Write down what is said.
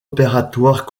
opératoires